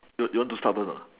you you want to start first or not